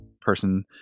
person